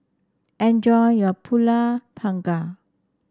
enjoy your pulut panggang